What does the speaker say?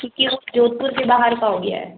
क्योंकि वह जोधपुर के बाहर का हो गया है